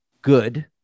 good